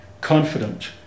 confident